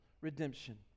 redemption